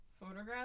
photograph